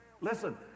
Listen